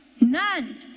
None